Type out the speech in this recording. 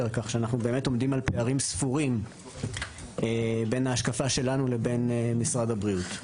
כך שאנו עומדים על פערים ספורים בין ההשקפה שלנו למשרד הבריאות.